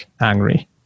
angry